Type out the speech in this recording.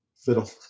Fiddle